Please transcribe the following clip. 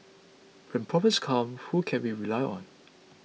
when problems come who can we rely on